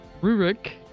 Rurik